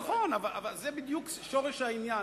כן, ברור, נכון, זה בדיוק שורש העניין.